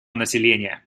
населения